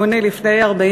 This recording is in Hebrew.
אדוני יושב-ראש